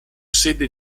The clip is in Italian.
sede